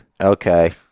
Okay